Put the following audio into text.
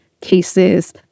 cases